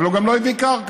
אבל הוא גם לא הביא קרקע.